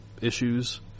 issues